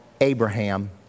Abraham